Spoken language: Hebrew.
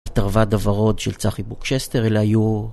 התרווד הוורוד של צחי בוקשסטר. אלה היו...